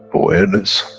awareness,